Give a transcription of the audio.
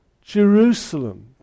Jerusalem